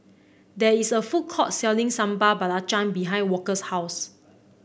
there is a food court selling Sambal Belacan behind Walker's house